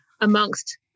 amongst